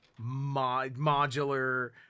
modular